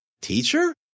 Teacher